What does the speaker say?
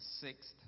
sixth